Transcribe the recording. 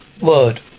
Word